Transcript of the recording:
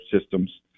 systems